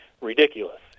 ridiculous